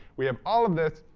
we have all of this.